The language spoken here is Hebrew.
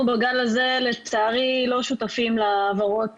אנחנו בגל הזה לצערי לא שותפים להעברות